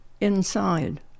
inside